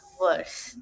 worse